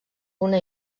una